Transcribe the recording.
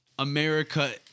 America